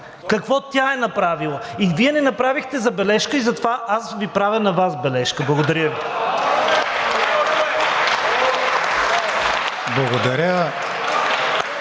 какво тя е направила. Вие не направихте забележка и затова аз Ви правя на Вас бележка. Благодаря Ви.